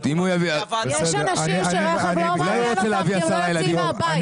יש אנשים שהרכב לא מעניין אותם כי הם לא יוצאים מהבית.